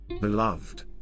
Beloved